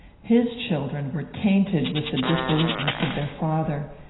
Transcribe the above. his children were tainted with the dissoluteness of their father,